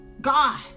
God